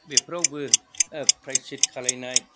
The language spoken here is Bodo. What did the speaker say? बेफोरावबो प्रायसित खालायनाय